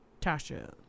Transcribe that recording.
Tasha